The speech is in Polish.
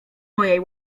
mojej